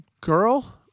girl